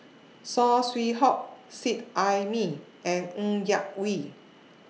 Saw Swee Hock Seet Ai Mee and Ng Yak Whee